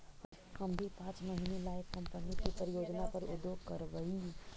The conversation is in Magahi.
हम भी पाँच महीने ला एक कंपनी की परियोजना पर उद्योग करवई